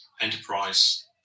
enterprise